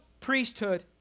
priesthood